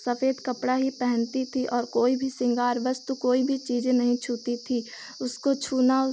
सफ़ेद कपड़ा ही पहनती थी और कोई भी शृँगार वस्तु कोई भी चीज़ें नहीं छूती थी उसको छूना उस